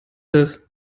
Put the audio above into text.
das